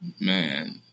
Man